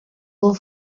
del